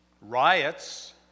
riots